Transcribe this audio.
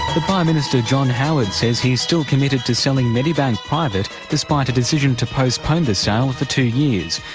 um ah minister, john howard, says he's still committed to selling medibank private despite a decision to postpone the sale for two years.